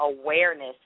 awareness